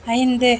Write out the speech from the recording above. ஐந்து